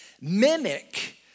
mimic